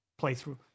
playthrough